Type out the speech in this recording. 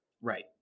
Right